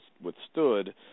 withstood